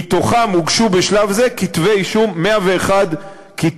מתוכם הוגשו בשלב זה 101 כתבי-אישום.